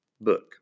book